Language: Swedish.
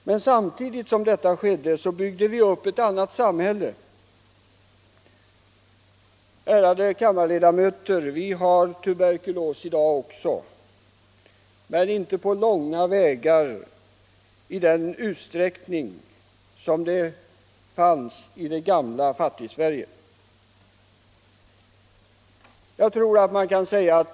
Men samtidigt byggde man upp ett annat samhälle. Ärade kammarledamöter! Tuberkulos förekommer också i dag, men inte på långa vägar i samma utsträckning som i det gamla Fattigsverige!